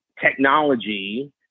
technology